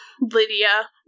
Lydia